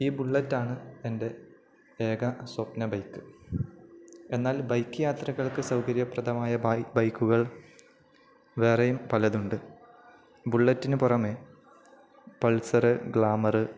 ഈ ബുള്ളറ്റാണ് എൻ്റെ ഏക സ്വപ്ന ബൈക്ക് എന്നാൽ ബൈക്ക് യാത്രകൾക്കു സൗകര്യപ്രദമായ ബൈക്കുകൾ വേറെയും പലതുണ്ട് ബുള്ളറ്റിനു പുറമേ പൾസര് ഗ്ലാമര്